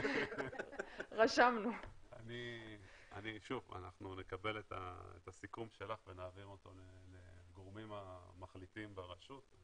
אנחנו נקבל את הסיכום שלך ונעביר אותו לגורמים המחליטים ברשות.